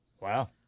Wow